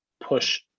push